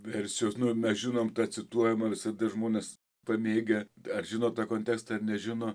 versijos nu mes žinom tą cituojamą visada žmonės pamėgę ar žino tą kontekstą ar nežino